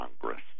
Congress